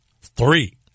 Three